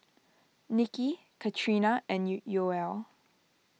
Niki Katrina and Yoel